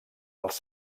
els